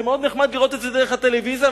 מאוד נחמד לראות את זה דרך הטלוויזיה,